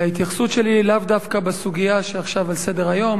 וההתייחסות שלי היא לאו דווקא בסוגיה שעכשיו על סדר-היום,